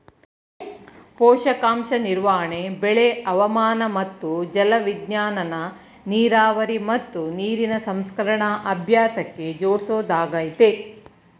ಪೋಷಕಾಂಶ ನಿರ್ವಹಣೆ ಬೆಳೆ ಹವಾಮಾನ ಮತ್ತು ಜಲವಿಜ್ಞಾನನ ನೀರಾವರಿ ಮತ್ತು ನೀರಿನ ಸಂರಕ್ಷಣಾ ಅಭ್ಯಾಸಕ್ಕೆ ಜೋಡ್ಸೊದಾಗಯ್ತೆ